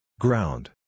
Ground